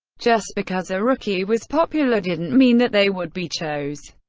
just because a rookie was popular didn't mean that they would be chose.